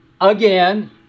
again